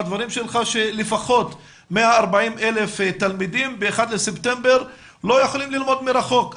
שלפחות 140,0000 תלמידים ב-1 בספטמבר לא יכולים ללמוד מרחוק.